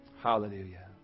Hallelujah